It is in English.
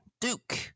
Duke